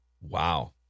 Wow